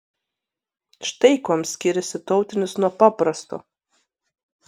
štai kuom skiriasi tautinis nuo paprasto